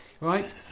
Right